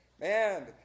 man